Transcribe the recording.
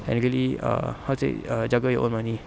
and really err how to say err jaga your own money